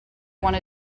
want